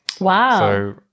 Wow